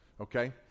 Okay